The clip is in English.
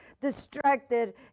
distracted